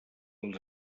els